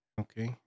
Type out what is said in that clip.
Okay